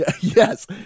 Yes